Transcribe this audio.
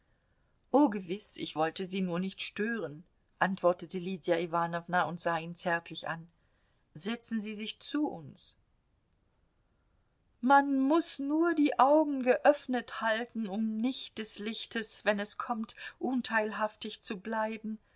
o gewiß ich wollte sie nur nicht stören antwortete lydia iwanowna und sah ihn zärtlich an setzen sie sich zu uns man muß nur die augen geöffnet halten um nicht des lichtes wenn es kommt unteilhaftig zu bleiben